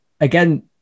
again